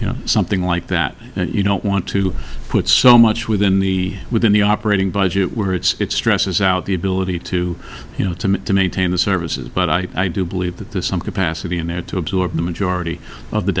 you know something like that you don't want to put so much within the within the operating budget where it's stresses out the ability to you know to to maintain the services but i do believe that there's some capacity in there to absorb the majority of the